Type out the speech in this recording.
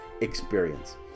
experience